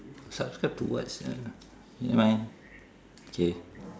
subscribe to what [sial] never mind K